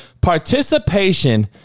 Participation